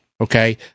Okay